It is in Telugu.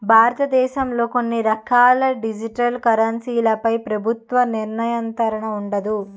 భారతదేశంలో కొన్ని రకాల డిజిటల్ కరెన్సీలపై ప్రభుత్వ నియంత్రణ ఉండదు